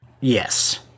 Yes